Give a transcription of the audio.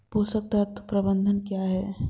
पोषक तत्व प्रबंधन क्या है?